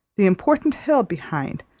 the important hill behind,